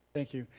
thank you.